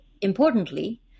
importantly